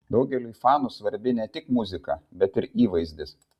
daugeliui fanų svarbi ne tik muzika bet ir įvaizdis